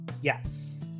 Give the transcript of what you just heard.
Yes